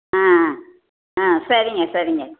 ஆ ஆ ஆ சரிங்க சரிங்க